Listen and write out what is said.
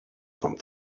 von